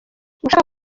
ushaka